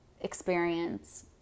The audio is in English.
experience